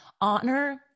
honor